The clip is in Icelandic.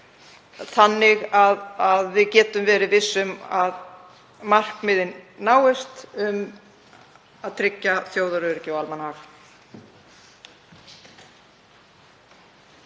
þannig að við getum verið viss um að markmiðin náist um að tryggja þjóðaröryggi og almannahag.